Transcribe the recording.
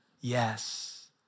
Yes